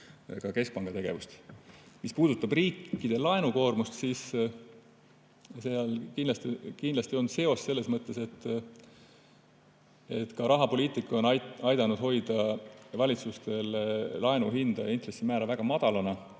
ka keskpanga tegevust. Mis puudutab riikide laenukoormust, siis seal kindlasti on seos selles mõttes, et rahapoliitika on aidanud hoida valitsustel laenu hinna ja intressimäära väga madalana.